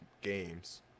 Games